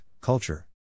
culture